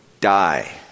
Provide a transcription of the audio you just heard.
die